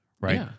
right